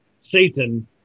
Satan